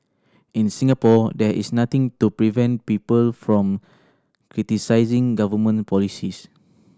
in Singapore there is nothing to prevent people from criticising government policies